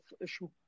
issue